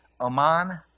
Oman